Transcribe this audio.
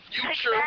future